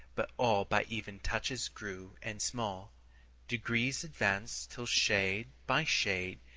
but all by even touches grew and small degrees advanced, till, shade by shade,